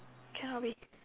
cannot be